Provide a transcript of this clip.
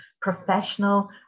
professional